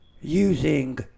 using